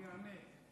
מי יענה?